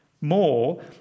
More